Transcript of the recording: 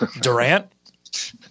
Durant